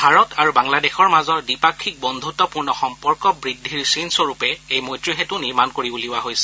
ভাৰত আৰু বাংলাদেশৰ মাজৰ দ্বিপাক্ষিক বন্ধূতপূৰ্ণ সম্পৰ্ক বৃদ্ধিৰ চিনস্বৰূপে এই মৈত্ৰী সেতু নিৰ্মাণ কৰি উলিওৱা হৈছে